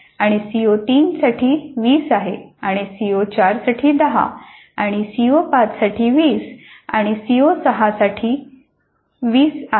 आणि सीओ 3 साठी 20 आणि सीओ 4 साठी 10 सीओ 5 साठी 20 आणि सीओ 6 साठी 20 आहे